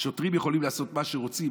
אפשר לעשות מה שרוצים?